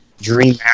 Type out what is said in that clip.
dream